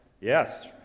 Yes